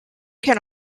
can